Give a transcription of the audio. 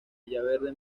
villaverde